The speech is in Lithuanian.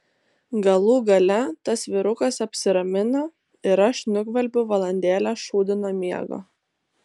galų gale tas vyrukas apsiramina ir aš nugvelbiu valandėlę šūdino miego